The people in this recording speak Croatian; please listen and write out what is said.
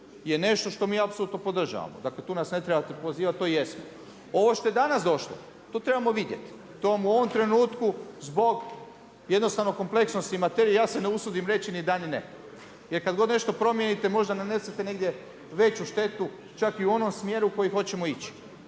je nešto što mi apsolutno podržavamo, dakle tu nas ne trebate pozivat to jesmo. Ovo što je danas došlo, to trebamo vidjeti, to vam u ovom trenutku zbog jednostavno kompleksnosti materije ja se ne usudim reći ni da ni ne jer kada god nešto promijenite možda nanesete negdje veću štetu čak i u onom smjeru kojim hoćemo ići.